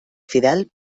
fidel